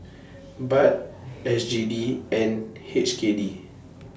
Baht S G D and H K D